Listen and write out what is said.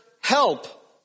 help